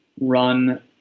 run